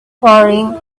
faring